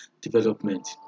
development